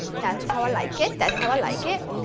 that's how i like it! that's how i like it!